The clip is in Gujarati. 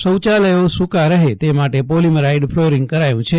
શૌયાલયો સૂકા રહે તે માટે પોલીમરાઈડ ફલોરિંગ કરાયું છે